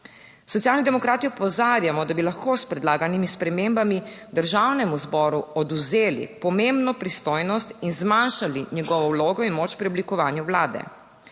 Socialni demokrati opozarjamo, da bi lahko s predlaganimi spremembami Državnemu zboru odvzeli pomembno pristojnost in zmanjšali njegovo vlogo in moč pri oblikovanju vlade.